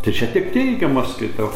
tai čia tik teigiama skaitau